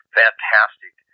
fantastic